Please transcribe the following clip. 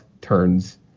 turns